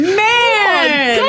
man